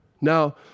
Now